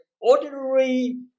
ordinary